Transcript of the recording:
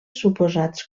suposats